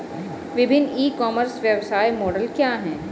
विभिन्न e commerce व्यवसाय model क्या हैं?